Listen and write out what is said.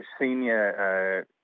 senior